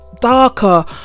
darker